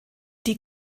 die